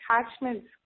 attachments